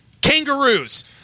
Kangaroos